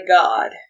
God